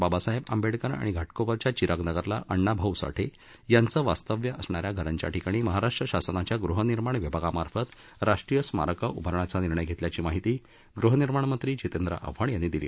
बाबासाहेब आंबेडकर आणि घा क्रोपरच्या चिराग नगरला अण्णा भाऊ साठे यांचे वास्तव्य असणाऱ्या घराच्या ठिकाणी महाराष्ट्र शासनाच्या गृहनिर्माण विभागामार्फत राष्ट्रीय स्मारके उभारण्याचा निर्णय घेतल्याची माहिती गृहनिर्माण मंत्री जितेंद्र आव्हाड यांनी दिली